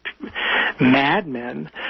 madmen